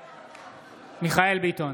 בעד מיכאל מרדכי ביטון,